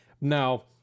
Now